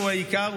והוא העיקר,